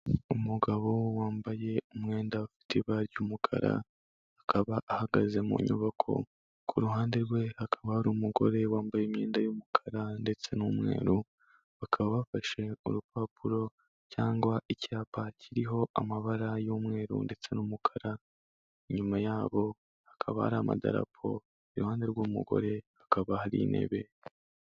Umugabo wambaye umwenda ufite ibara ry'umukara, akaba ahagaze mu nyubako, ku ruhande rwe hakaba hari umugore wambaye imyenda y'umukara ndetse n'umweru, bakaba bafashe urupapuro cyangwa icyapa kiriho amabara y'umweru ndetse n'umukara, inyuma yabo hakaba hari amadarapo, iruhande rw'umugore hakaba hari intebe.